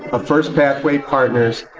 of first pathway partners,